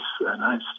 nice